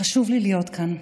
חשוב לי להיות כאן.